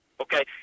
Okay